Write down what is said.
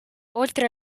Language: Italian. oltre